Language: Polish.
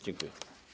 Dziękuję.